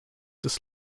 des